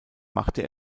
machte